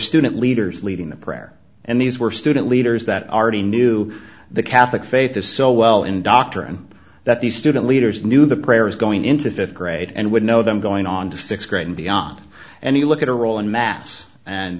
student leaders leading the prayer and these were student leaders that r t knew the catholic faith is so well in doctrine that the student leaders knew the prayers going into fifth grade and would know them going on to sixth grade and beyond and you look at her role in mass and